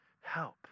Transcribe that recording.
help